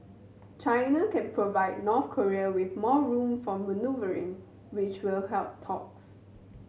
China can provide North Korea with more room for manoeuvring which will help talks